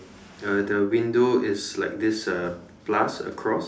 uh the window is like this uh plus across